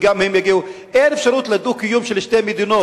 אין אפשרות לדו-קיום של שתי מדינות.